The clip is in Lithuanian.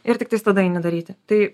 ir tiktais tada eini daryti tai